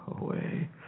away